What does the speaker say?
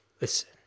listen